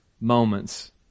moments